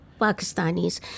Pakistanis